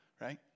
right